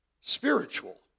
spiritual